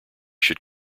should